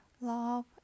love